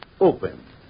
open